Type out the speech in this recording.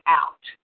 out